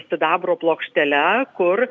sidabro plokštele kur